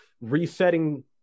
resetting